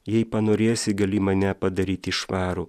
jei panorėsi gali mane padaryti švarų